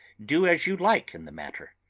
do as you like in the matter.